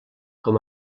com